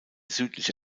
südliche